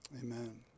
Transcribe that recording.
Amen